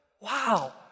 Wow